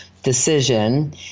Decision